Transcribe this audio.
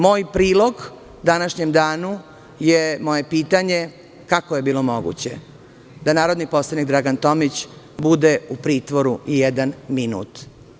Moj prilog današnjem danu je moje pitanje - kako je bilo moguće da narodni poslanik Dragan Tomić bude u pritvoru i jedan minut?